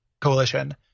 coalition